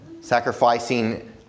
Sacrificing